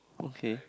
okay